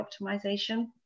optimization